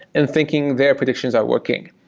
in thinking their predictions are working,